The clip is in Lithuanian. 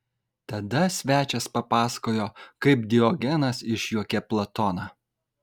tada svečias papasakojo kaip diogenas išjuokė platoną